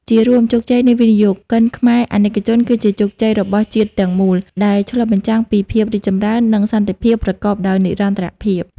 ជារួម ជោគជ័យនៃវិនិយោគិនខ្មែរអាណិកជន គឺជាជោគជ័យរបស់ជាតិទាំងមូល ដែលឆ្លុះបញ្ចាំងពី ភាពរីកចម្រើន និងសន្តិភាព ប្រកបដោយនិរន្តរភាព។